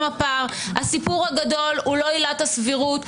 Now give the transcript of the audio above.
הסיפור הגדול הוא לא עילת הסבירות.